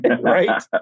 Right